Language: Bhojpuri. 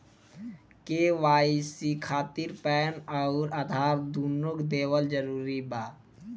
के.वाइ.सी खातिर पैन आउर आधार दुनों देवल जरूरी बा?